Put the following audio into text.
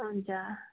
हुन्छ